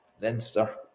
Leinster